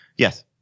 Yes